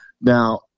Now